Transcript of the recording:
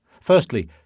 Firstly